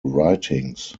writings